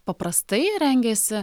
paprastai rengiasi